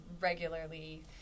regularly